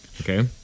Okay